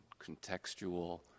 contextual